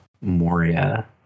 Moria